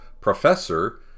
professor